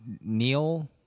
neil